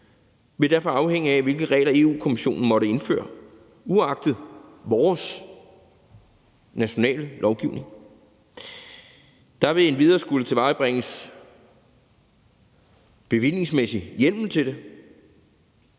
vil derfor afhænge af, hvilke regler Europa-Kommissionen måtte indføre, uagtet vores nationale lovgivning. Der vil endvidere skulle tilvejebringes bevillingsmæssig hjemmel til det,